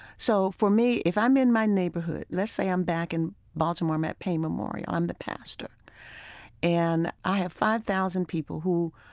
so for me, if i'm in my neighborhood let's say i'm back in baltimore. i'm at payne memorial. i'm the pastor and i have five thousand people who